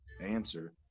answer